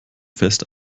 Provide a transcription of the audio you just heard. fest